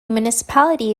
municipality